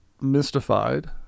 mystified